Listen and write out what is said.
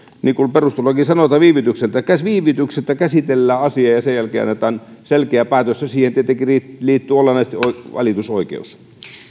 niin kuin perustuslaki sanoo että viivytyksettä viivytyksettä käsitellään asia ja sen jälkeen annetaan selkeä päätös ja siihen tietenkin liittyy liittyy olennaisesti valitusoikeus